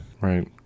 right